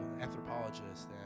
anthropologists